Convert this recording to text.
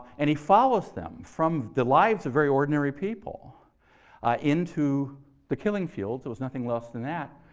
and he follows them from the lives of very ordinary people into the killing fields, it was nothing less than that,